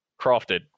crafted